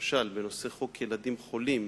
למשל בנושא חוק חינוך חינם לילדים חולים,